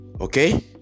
okay